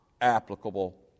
applicable